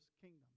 kingdom